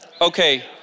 Okay